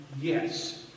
yes